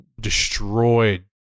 destroyed